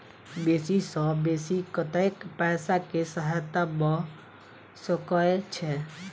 बेसी सऽ बेसी कतै पैसा केँ सहायता भऽ सकय छै?